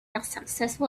unsuccessful